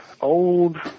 old